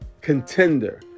contender